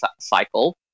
cycle